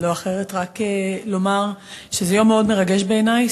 רק לומר שזה יום מאוד מרגש בעיני,